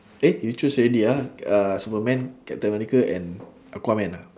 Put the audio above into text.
eh you choose already ah uh superman captain america and aquaman ah